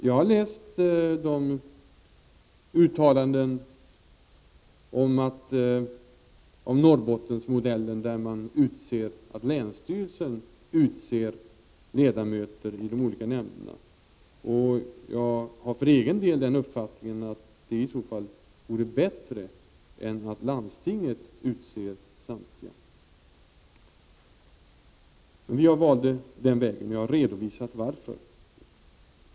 Jag har läst uttalandena om Norrbottensmodellen, vilken innebär att länsstyrelsen utser ledamöter i de olika nämnderna. Jag har för egen del den uppfattningen att det i så fall vore bättre än att landstinget utser samtliga. Jag har redovisat varför jag valde den väg jag valt.